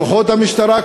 כוחות המשטרה,